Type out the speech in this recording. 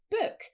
book